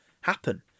happen